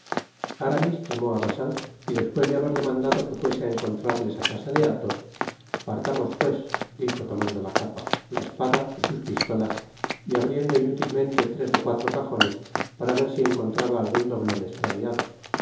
aramis llamó á bacin y despues de haberle mandado que fuese á encontrarles á casa de athos partamos pues dijo tomando la capa la espada y sus pistolas y abriendo inutilmente tres ó cuatro cajones para ver si encontraba algun doblon estraviado